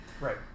Right